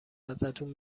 ازتون